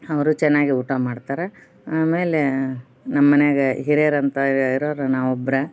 ಅವರು ಚೆನ್ನಾಗಿ ಊಟ ಮಾಡ್ತಾರ ಆಮೇಲೆ ನಮ್ಮ ಮನೆಯಾಗ ಹಿರಿಯರಂತ ಇರೋರು ನಾವು ಒಬ್ರೇ